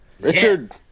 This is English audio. Richard